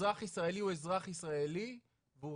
אזרח ישראלי הוא אזרח ישראלי והוא